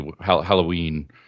Halloween